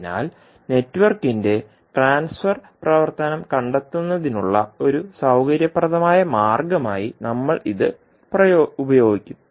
അതിനാൽ നെറ്റ്വർക്കിന്റെ ട്രാൻസ്ഫർ പ്രവർത്തനം കണ്ടെത്തുന്നതിനുള്ള ഒരു സൌകര്യപ്രദമായ മാർഗ്ഗമായി നമ്മൾ ഇത് ഉപയോഗിക്കും